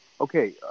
Okay